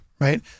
right